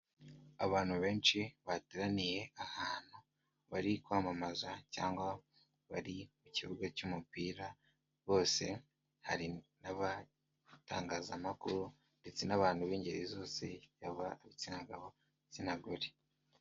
Abantu benshi bateraniye ahantu bari kwamamaza cyangwa bari mu kibuga cy'umupira bose, hari n'abatangazamakuru ndetse n'abantu b'ingeri zose yaba ibitsina gabo n'ibitsina gore.